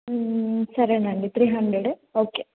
మ్మ్ సరేనండి three hundred okay